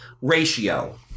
ratio